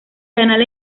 canal